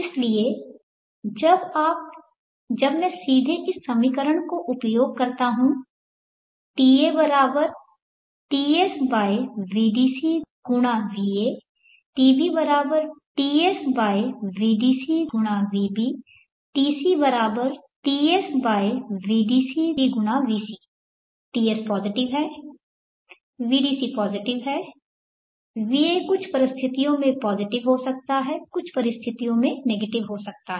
इसलिए जब आप जब मैं सीधे इस समीकरण का उपयोग करता हूं ta Tsvdc × va tb Tsvdc × vb tc Tsvdc × vc Ts positive है vdc पॉजिटिव है va कुछ परिस्थितियों में पॉजिटिव हो सकता है कुछ परिस्थितियों में नेगेटिव हो सकता है